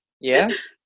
Yes